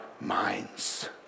minds